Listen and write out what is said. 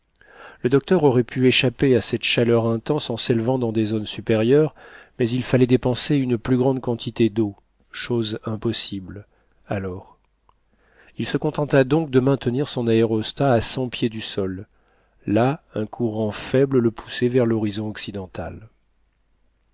le docteur aurait pu échapper à cette chaleur intense en s'élevant dans des zones supérieures mais il fallait dépenser une plus grande quantité d'eau chose impossible alors il se contenta donc de maintenir son aérostat à cent pieds du sol là un courant faible le poussait vers lhorizon occidental